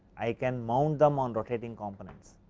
i can mount them on rotating components.